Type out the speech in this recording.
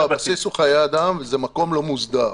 הבסיס הוא חיי אדם וזה מקום לא מוסדר.